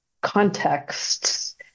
contexts